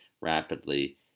rapidly